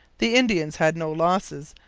the indians had no losses,